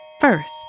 First